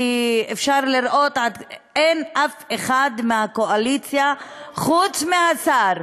כי אפשר לראות שאין אף אחד מהקואליציה חוץ מהשר.